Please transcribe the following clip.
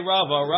Rava